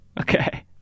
Okay